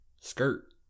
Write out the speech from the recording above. Skirt